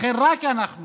לכן רק אנחנו